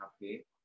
happy